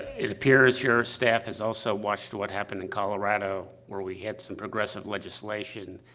it appears your staff has also watched what happened in colorado, where we had some progressive legislation,